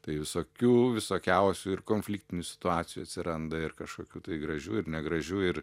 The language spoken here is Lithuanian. tai visokių visokiausių ir konfliktinių situacijų atsiranda ir kažkokių tai gražių ir negražių ir